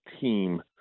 team